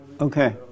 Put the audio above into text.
Okay